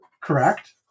Correct